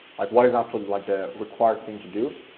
like what is absolutely like the required thing to do.